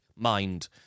mind